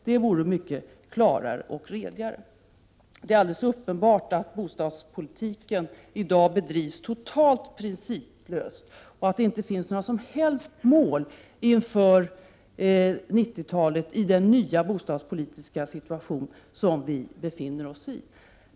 Det vore som sagt mycket klarare och redigare. Det är alldeles uppenbart att bostadspolitiken i dag bedrivs totalt principlöst, och att det inte finns några som helst mål inför 90-talet, med den nya bostadspolitiska situation som vi befinner oss i.